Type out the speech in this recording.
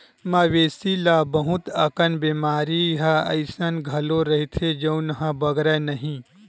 मवेशी ल बहुत अकन बेमारी ह अइसन घलो रहिथे जउन ह बगरय नहिं